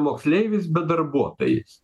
moksleiviais bet darbuotojais